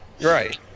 Right